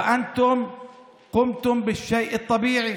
ואתם עשיתם את הדבר הנורמלי,